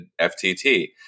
FTT